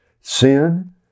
Sin